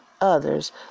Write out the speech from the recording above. others